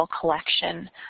collection